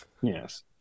Yes